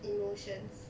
emotions